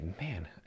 man